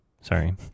Sorry